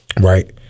right